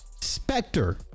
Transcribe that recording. specter